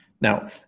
Now